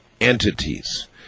entities